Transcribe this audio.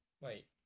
Wait